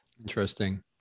Interesting